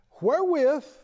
wherewith